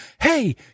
hey